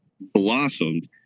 blossomed